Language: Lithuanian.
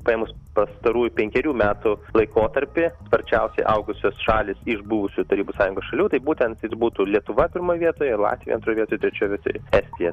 paėmus pastarųjų penkerių metų laikotarpį sparčiausiai augusios šalys iš buvusių tarybų sąjungos šalių tai būtent ir būtų lietuva pirmoj vietoj latvija antroj vietoj trečioj vietoj estija